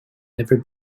never